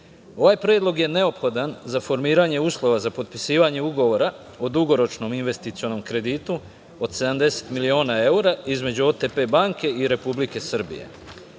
predlog je neophodan za formiranje uslova za potpisivanje ugovora o dugoročnom investicionom kreditu od 70 miliona evra između OTP banke i Republike Srbije.